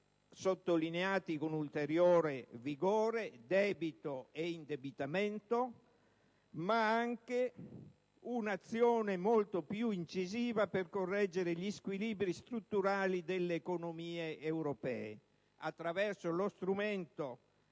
sottolineati con ulteriore vigore (debito e indebitamento) ma anche un'azione molto più incisiva per correggere gli squilibri strutturali delle economie europee, proprio attraverso questo strumento,